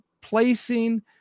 placing